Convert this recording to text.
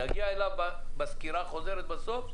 נגיע אליו בסקירה החוזרת בסוף.